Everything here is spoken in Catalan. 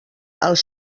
els